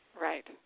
Right